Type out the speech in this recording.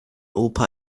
opa